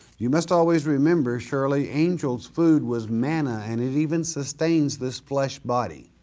you must always remember shirley, angel's food was manna, and it even sustains this flesh body.